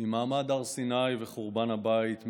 ממעמד הר סיני וחורבן הבית,